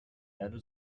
erde